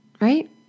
right